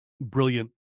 brilliant